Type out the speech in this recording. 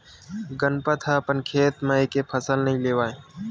गनपत ह अपन खेत म एके फसल नइ लेवय